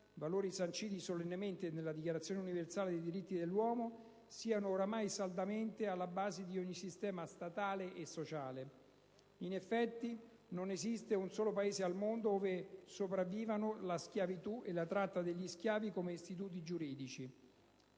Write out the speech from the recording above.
fonda, sanciti solennemente nella Dichiarazione universale dei diritti dell'uomo, siano oramai saldamente alla base di ogni sistema statale e sociale. In effetti, non esiste un solo Paese al mondo ove sopravvivano la schiavitù e la tratta degli schiavi come istituti giuridici.